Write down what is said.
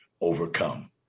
overcome